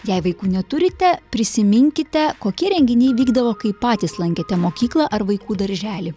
jei vaikų neturite prisiminkite kokie renginiai vykdavo kai patys lankėte mokyklą ar vaikų darželį